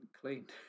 cleaned